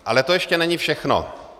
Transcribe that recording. Ale to ještě není všechno.